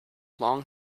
long